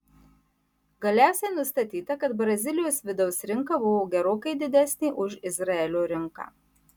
galiausiai nustatyta kad brazilijos vidaus rinka buvo gerokai didesnė už izraelio rinką